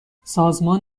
سازمان